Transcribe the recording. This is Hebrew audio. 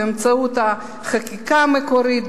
באמצעות החקיקה המקורית,